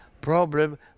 problem